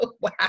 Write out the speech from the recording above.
Wow